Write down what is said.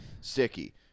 Sticky